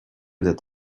that